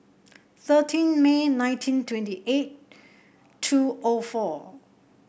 thirteen May nineteen twenty eight two O four